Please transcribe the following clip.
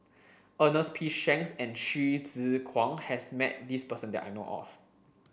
Ernest P Shanks and Hsu Tse Kwang has met this person that I know of